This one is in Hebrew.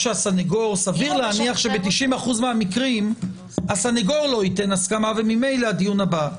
סביר להניח שב-90% מהמקרים הסנגור לא ייתן הסכמה וממילא הדיון הבא,